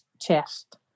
chest